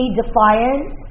defiant